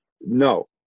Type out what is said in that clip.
No